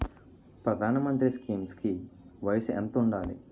ప్రధాన మంత్రి స్కీమ్స్ కి వయసు ఎంత ఉండాలి?